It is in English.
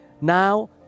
Now